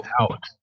out